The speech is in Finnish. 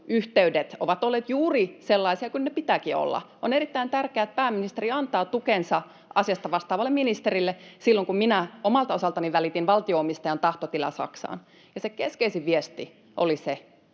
ovat olleet juuri sellaisia kuin niiden pitääkin olla. On erittäin tärkeää, että pääministeri antoi tukensa asiasta vastaavalle ministerille silloin, kun minä omalta osaltani välitin valtio-omistajan tahtotilan Saksaan. Ja se keskeisin viesti oli: